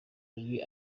amajwi